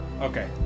Okay